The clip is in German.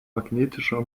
magnetischer